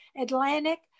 atlantic